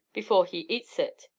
before he eats it.